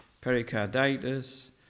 pericarditis